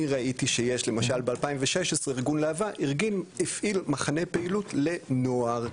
אני ראיתי שיש למשל ב- 2016 ארגון להב"ה הפעיל מחנה פעילות לנוער,